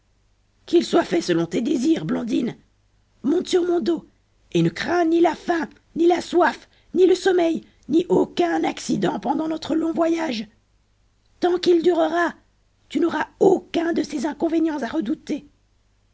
qu'il soit fait selon tes désirs blondine monte sur mon dos et ne crains ni la faim ni la soif ni le sommeil ni aucun accident pendant notre long voyage tant qu'il durera tu n'auras aucun de ces inconvénients à redouter